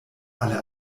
alle